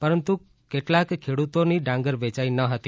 પરંતુ કેટલાક ખેડૂતોની ડાંગર વેચાઈ ન હતી